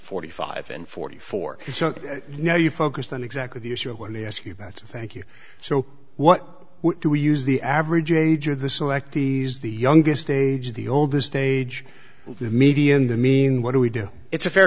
forty five and forty four so now you focused on exactly the issue of when they ask you about thank you so what do we use the average age of the selectees the youngest age the oldest age the median the mean what do we do it's a fair